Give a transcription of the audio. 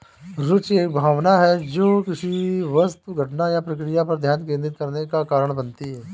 रूचि एक भावना है जो किसी वस्तु घटना या प्रक्रिया पर ध्यान केंद्रित करने का कारण बनती है